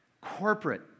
corporate